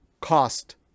cost